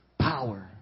power